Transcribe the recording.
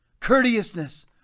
Courteousness